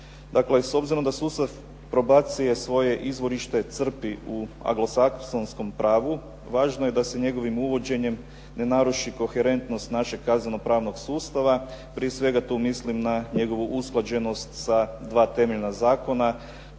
Dakle, s obzirom da sustav probacije svoje izvorište crpi u anglosaksonskom pravu, važno je da se njegovim uvođenjem ne naruši koherentnost našeg kazneno pravnog sustava, prije svega tu mislim na njegovu usklađenost sa dva temeljna zakona,